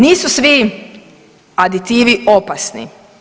Nisu svi aditivi opasni.